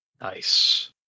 Nice